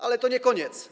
Ale to nie koniec.